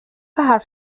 حرف